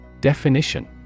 Definition